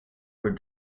were